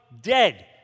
dead